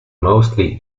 mostly